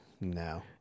No